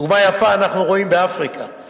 דוגמה יפה אנחנו רואים ב"אפריקה ישראל".